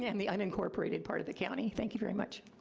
yeah and the unincorporated part of the county. thank you very much.